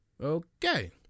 okay